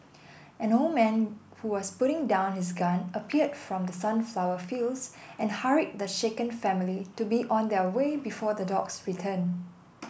an old man who was putting down his gun appeared from the sunflower fields and hurried the shaken family to be on their way before the dogs return